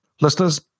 Listeners